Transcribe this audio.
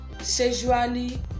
sexually